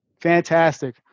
Fantastic